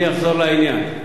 אני אחזור לעניין.